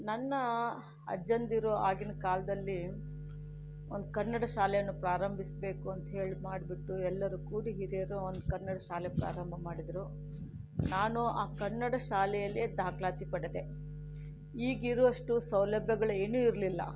ನನ್ನ ಅಜ್ಜಂದಿರು ಆಗಿನ ಕಾಲದಲ್ಲಿ ಒಂದು ಕನ್ನಡ ಶಾಲೆಯನ್ನು ಪ್ರಾರಂಭಿಸಬೇಕು ಅಂತ ಹೇಳಿ ಮಾಡಿಬಿಟ್ಟು ಎಲ್ಲರೂ ಕೂಡಿ ಹಿರಿಯರು ಒಂದು ಕನ್ನಡ ಶಾಲೆ ಪ್ರಾರಂಭ ಮಾಡಿದರು ನಾನು ಆ ಕನ್ನಡ ಶಾಲೆಯಲ್ಲೇ ದಾಖಲಾತಿ ಪಡೆದೆ ಈಗಿರುವಷ್ಟು ಸೌಲಭ್ಯಗಳು ಏನೂ ಇರಲಿಲ್ಲ